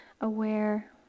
aware